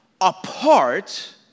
apart